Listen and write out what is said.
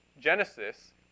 Genesis